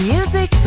Music